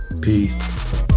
Peace